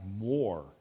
more